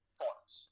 forms